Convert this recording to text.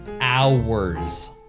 hours